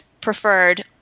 preferred